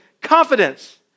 confidence